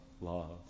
love